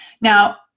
Now